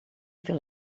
fer